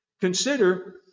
consider